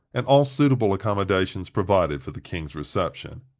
and all suitable accommodations provided for the king's reception.